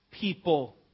people